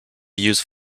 use